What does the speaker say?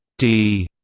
d.